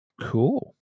Cool